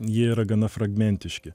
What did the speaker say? jie yra gana fragmentiški